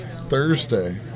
Thursday